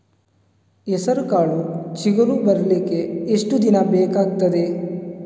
ಹೆಸರುಕಾಳು ಚಿಗುರು ಬರ್ಲಿಕ್ಕೆ ಎಷ್ಟು ದಿನ ಬೇಕಗ್ತಾದೆ?